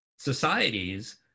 Societies